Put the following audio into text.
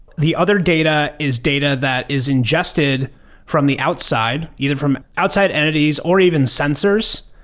the other data is data that is ingested from the outside, either from outside entities, or even sensors.